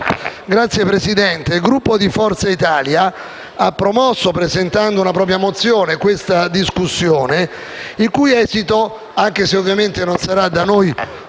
Signora Presidente, il Gruppo di Forza Italia ha promosso, presentando una propria mozione, l'odierna discussione, il cui esito, anche se, ovviamente, non sarà da noi